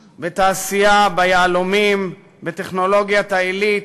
בתעשייה, ביהלומים, בטכנולוגיה העילית,